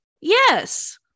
yes